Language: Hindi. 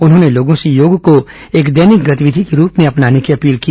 उन्होंने लोगों से योग को एक दैनिक गतिविधि के रूप में अपनाने की अपील की